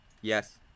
yes